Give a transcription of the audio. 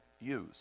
use